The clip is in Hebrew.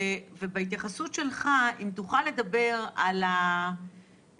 בהתייחסות שלך, אם תוכל לדבר על ההיבטים.